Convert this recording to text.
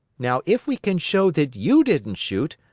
now if we can show that you didn't shoot,